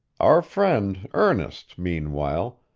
our friend ernest, meanwhile,